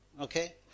Okay